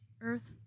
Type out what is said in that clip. Earth